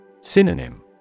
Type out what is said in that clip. Synonym